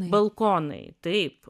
balkonai taip